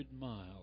miles